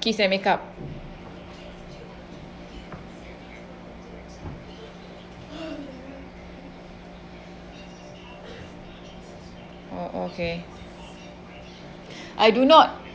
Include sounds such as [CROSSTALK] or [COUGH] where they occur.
kiss and make up oh okay [BREATH] I do not